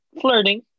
flirting